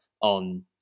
on